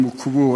הם עוכבו,